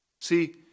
See